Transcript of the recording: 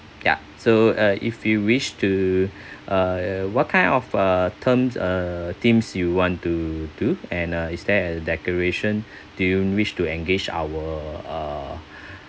ya so uh if you wish to uh what kind of a terms uh themes you want to do and uh is there a decoration do you wish to engage our uh